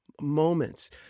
moments